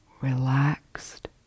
relaxed